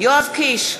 יואב קיש,